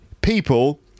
people